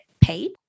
paid